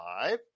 five